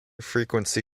frequency